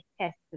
test